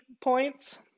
points